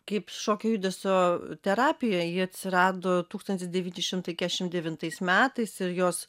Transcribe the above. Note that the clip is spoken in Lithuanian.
kaip šokio judesio terapija ji atsirado tūkstantis devyni šimtai keturiasdešimt devintais metais ir jos